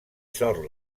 sort